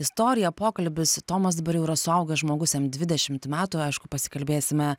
istorija pokalbis tomas dabar jau yra suaugęs žmogus jam dvidešimt metų aišku pasikalbėsime